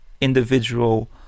individual